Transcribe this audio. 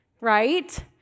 right